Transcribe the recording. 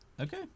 Okay